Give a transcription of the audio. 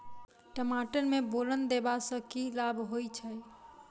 टमाटर मे बोरन देबा सँ की लाभ होइ छैय?